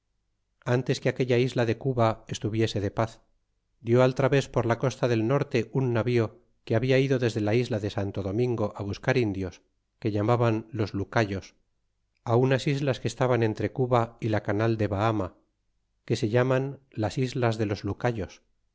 antes que aquella isla de cuba estuviese de paz dió al través por la costa del norte un navío que habla ido desde la isla de santo domingo buscar indios que llamaban los lucayos unas islas que estan entre cuba y la canal de bahama que se llaman las islas de los lucayos